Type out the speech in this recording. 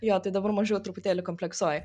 jo tai dabar mažiau truputėlį kompleksuoju